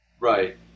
Right